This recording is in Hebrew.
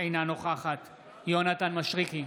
אינה נוכחת יונתן מישרקי,